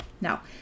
Now